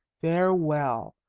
farewell.